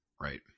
Right